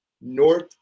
North